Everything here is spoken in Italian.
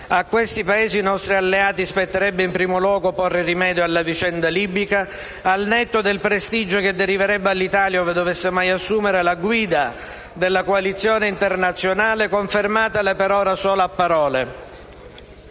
A questi Paesi nostri alleati spetterebbe, in primo luogo, porre rimedio alla vicenda libica, al netto del prestigio che deriverebbe all'Italia, ove dovesse mai assumere la guida della coalizione internazionale, confermatale per ora solo a parole.